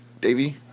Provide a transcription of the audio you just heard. Davey